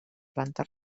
planta